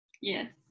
Yes